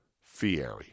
Fieri